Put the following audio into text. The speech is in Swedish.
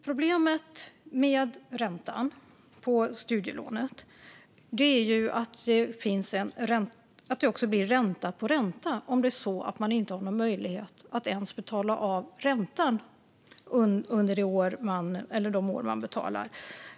Fru talman! Problemet med räntan på studielånet är ju att det även blir ränta på ränta om man inte har möjlighet att ens betala av räntan under de år man betalar tillbaka.